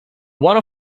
one